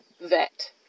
vet